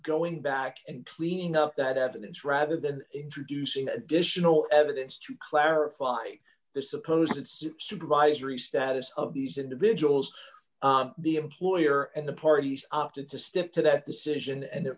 going back and cleaning up that evidence rather than introducing additional evidence to clarify the suppose it's supervisory status of these individuals the employer and the parties opted to stick to that decision and